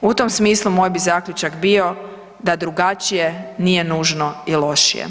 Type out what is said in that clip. U tom smislu moj bi zaključak bio da drugačije nije nužno i lošije.